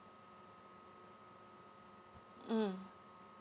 mm